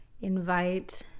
invite